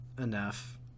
Enough